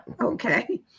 okay